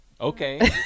okay